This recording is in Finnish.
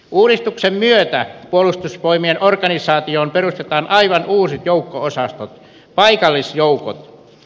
uudistuksen myötä puolustusvoimien organisaatioon perustetaan aivan uudet joukko osastot paikallisjoukot